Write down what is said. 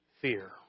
Fear